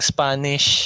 Spanish